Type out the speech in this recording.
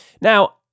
Now